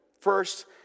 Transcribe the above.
First